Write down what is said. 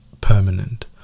permanent